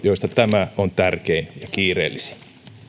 joista tämä on tärkein ja kiireellisin